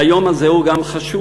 והיום הזה הוא גם חשוב,